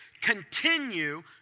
continue